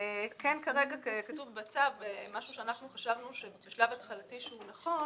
כרגע כתוב בצו משהו שחשבנו שבשלב התחלתי הוא נכון,